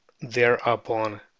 thereupon